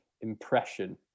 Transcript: impression